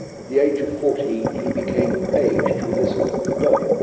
the age of fourteen he became a page to elizabeth de burgh,